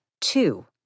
Two